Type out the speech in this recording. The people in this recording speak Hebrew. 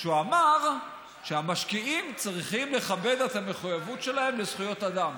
שהוא אמר שהמשקיעים צריכים לכבד את המחויבות שלהם לזכויות אדם.